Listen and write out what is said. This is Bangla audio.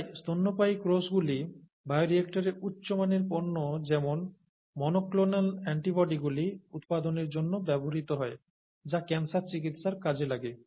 তাই স্তন্যপায়ী কোষগুলি বায়োরিয়ক্টরে উচ্চ মানের পণ্য যেমন মনোক্লোনাল অ্যান্টিবডিগুলি উৎপাদনের জন্য ব্যবহৃত হয় যা ক্যান্সার চিকিৎসার কাজে লাগে